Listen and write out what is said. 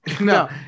No